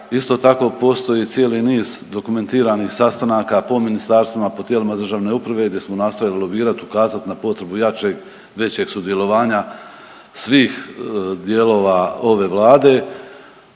Isto tako postoji cijeli niz dokumentiranih sastanaka po ministarstvima, po tijelima državne uprave gdje smo nastojali lobirat, pokazati na potrebu jačeg, većeg sudjelovanja svih dijelova ove vlade